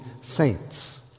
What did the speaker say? saints